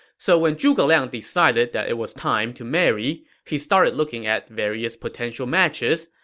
so when zhuge liang decided that it was time to marry, he started looking at various potential matches.